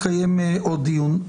יתקיים עוד דיון.